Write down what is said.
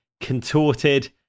contorted